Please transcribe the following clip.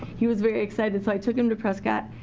he was very excited, so i took him to prescott.